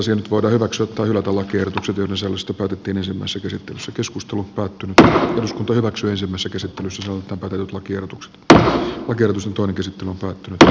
nyt voidaan hyväksyä tai hylätä lakiehdotukset joiden sisällöstä päätettiin ensimmäisessä käsittelyssä uutta lakia tai oikeutus on kysytty lupaa työ